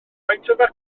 facteria